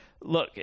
Look